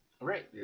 Right